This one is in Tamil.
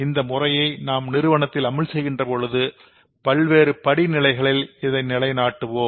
இந்த முறையை நாம் நிறுவனத்தில் அமல் செய்கின்ற போது பல்வேறு படிநிலைகளில் இதை நிலைநாட்டுவோம்